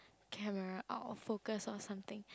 camera out of focus or something